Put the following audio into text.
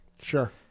Sure